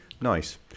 Nice